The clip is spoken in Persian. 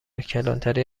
کلانتری